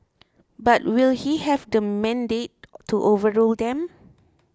but will he have the mandate to overrule them